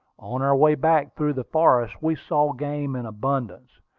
on our way back through the forest we saw game in abundance.